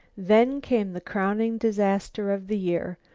then came the crowning disaster of the year.